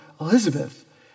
Elizabeth